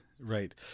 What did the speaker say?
right